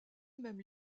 même